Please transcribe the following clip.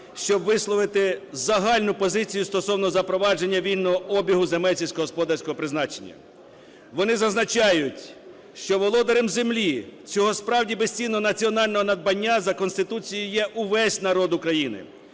щоб висловити загальну позицію стосовно запровадження вільного обігу земель сільськогосподарського призначення. Вони зазначають, що володарем землі, цього справді безцінного національного надбання, за Конституцією є увесь народ України.